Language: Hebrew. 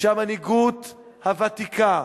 שהמנהיגות הוותיקה,